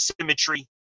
symmetry